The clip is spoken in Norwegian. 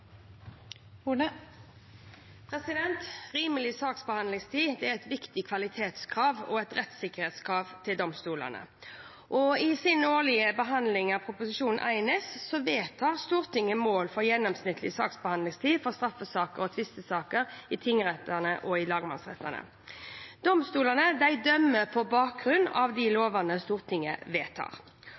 et viktig kvalitetskrav og et rettssikkerhetskrav til domstolene. I sin årlige behandling av Prop. 1 S vedtar Stortinget mål for gjennomsnittlig saksbehandlingstid for straffesaker og tvistesaker i tingrettene og lagmannsrettene. Domstolene dømmer på bakgrunn av de lovene Stortinget vedtar.